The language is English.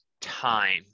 time